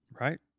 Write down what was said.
right